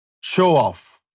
show-off